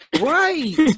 right